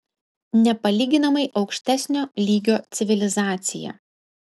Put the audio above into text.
nepalyginamai aukštesnio lygio civilizacija